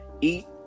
eat